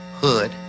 hood